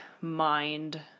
mind